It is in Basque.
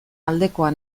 aldekoa